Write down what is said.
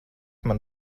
man